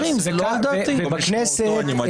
בוא נשמור על חנוכה שמח.